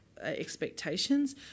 expectations